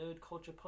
nerdculturepodcast